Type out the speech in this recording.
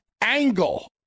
angle